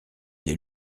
des